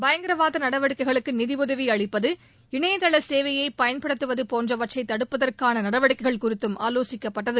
பயங்கரவாத நடவடிக்கைகளுக்கு நிதியுதவி அளிப்பது இணையதள சேவையை பயன்படுத்துவது போன்றவற்றை தடுப்பதற்கான நடவடிக்கைகள் குறித்தும் ஆலோசிக்கப்பட்டது